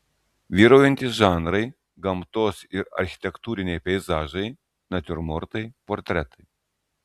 vyraujantys žanrai gamtos ir architektūriniai peizažai natiurmortai portretai